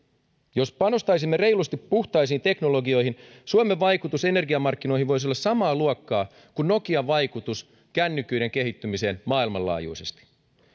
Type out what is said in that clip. jos panostaisimme reilusti puhtaisiin teknologioihin suomen vaikutus energiamarkkinoihin voisi olla samaa luokkaa kuin nokian vaikutus kännyköiden kehittymiseen maailmanlaajuisesti